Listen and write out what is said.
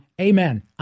Amen